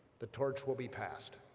the torch will be passed.